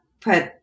put